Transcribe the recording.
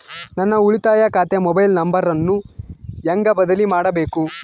ನನ್ನ ಉಳಿತಾಯ ಖಾತೆ ಮೊಬೈಲ್ ನಂಬರನ್ನು ಹೆಂಗ ಬದಲಿ ಮಾಡಬೇಕು?